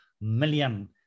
million